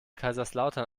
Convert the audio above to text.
kaiserslautern